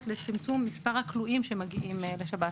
לצמצום מספר הכלואים שמגיעים לשב"ס.